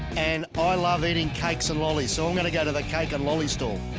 and ah i love eating cakes and lollies so i'm gonna go to the cake and lollies stall.